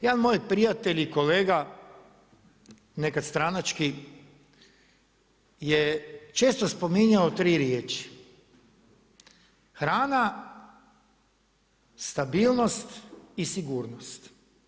Jedan moj prijatelj i kolega nekad stranački je često spominjao tri riječi – hrana, stabilnost i sigurnost.